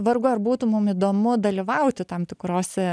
vargu ar būtų mum įdomu dalyvauti tam tikrose